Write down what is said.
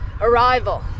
arrival